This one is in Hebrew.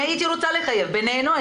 בינינו,